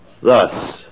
Thus